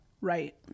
right